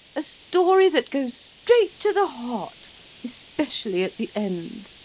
a story that goes straight to the heart especially at the end.